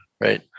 Right